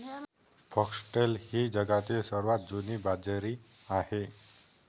foxtail ही जगातील सर्वात जुनी बाजरी आहे